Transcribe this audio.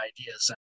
ideas